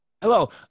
Hello